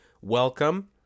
welcome